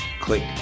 click